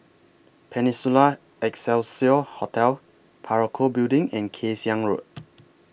Peninsula Excelsior Hotel Parakou Building and Kay Siang Road